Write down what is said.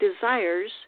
desires